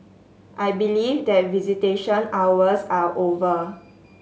I believe that visitation hours are over